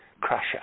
crusher